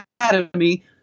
Academy